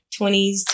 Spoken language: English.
20s